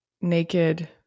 naked